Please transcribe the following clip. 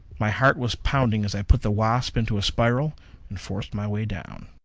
my heart was pounding as i put the wasp into a spiral and forced my way down.